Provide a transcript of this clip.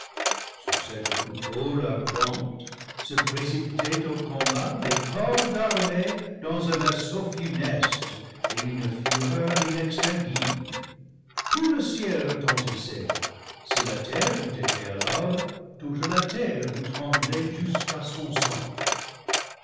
vi dente se précipitaient au combat les corps d'armée dans un assaut funeste et une fureur inextinguible tout le ciel reten tissait si la terre eût été alors toute la terre eût tremblé jusqu'à son centre